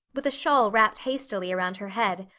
with a shawl wrapped hastily around her head.